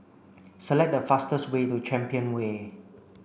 select the fastest way to Champion Way